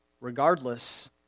Regardless